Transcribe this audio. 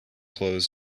clothes